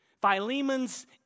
Philemon's